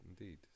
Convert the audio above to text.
indeed